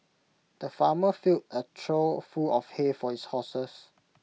the farmer filled A trough full of hay for his horses